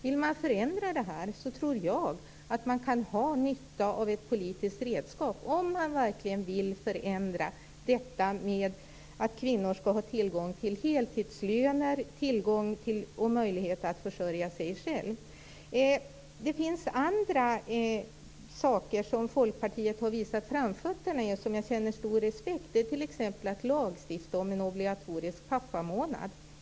Vill man förändra detta tror jag att man kan ha nytta av ett politiskt redskap om man verkligen vill förändra detta så att kvinnor skall ha tillgång till heltidslöner och möjlighet att försörja sig själva. Det finns andra saker där Folkpartiet har visat framfötterna och som jag känner stor respekt för. Det är t.ex. att lagstifta om en obligatorisk pappamånad.